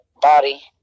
body